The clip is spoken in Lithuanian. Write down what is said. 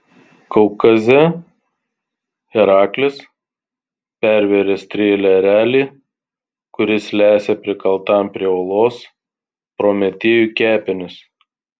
kaukaze heraklis pervėrė strėle erelį kuris lesė prikaltam prie uolos prometėjui kepenis